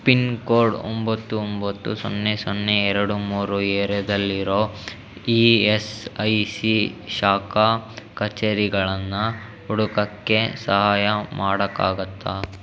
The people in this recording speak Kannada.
ಪಿನ್ಕೋಡ್ ಒಂಬತ್ತು ಒಂಬತ್ತು ಸೊನ್ನೆ ಸೊನ್ನೆ ಎರಡು ಮೂರು ಏರಿಯಾದಲ್ಲಿರೋ ಇ ಎಸ್ ಐ ಸಿ ಶಾಖಾ ಕಚೇರಿಗಳನ್ನು ಹುಡ್ಕಕ್ಕೆ ಸಹಾಯ ಮಾಡಕ್ಕಾಗತ್ತಾ